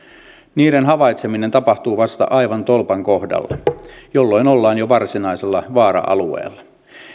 niiden havaitseminen tapahtuu vasta aivan tolpan kohdalla jolloin ollaan jo varsinaisella vaara alueella